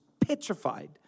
petrified